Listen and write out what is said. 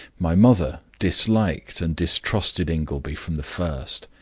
my mother disliked and distrusted ingleby from the first.